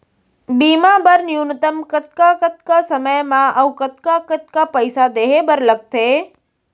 बीमा बर न्यूनतम कतका कतका समय मा अऊ कतका पइसा देहे बर लगथे